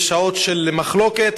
יש שעות של מחלוקת,